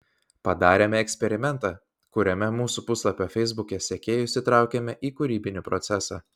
padarėme eksperimentą kuriame mūsų puslapio feisbuke sekėjus įtraukėme į kūrybinį procesą